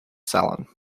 salon